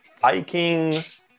Vikings